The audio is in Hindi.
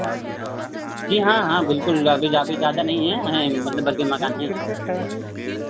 जी हाँ हाँ बिल्कुल अभी अभी ज़्यादा नहीं हैं हैं मतलब भर के मकान हैं